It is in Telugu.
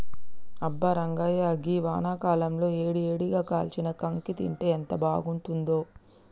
అబ్బా రంగాయ్య గీ వానాకాలంలో ఏడి ఏడిగా కాల్చిన కాంకి తింటే ఎంత బాగుంతుందో